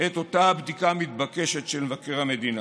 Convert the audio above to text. את אותה בדיקה מתבקשת של מבקר המדינה?